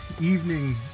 evening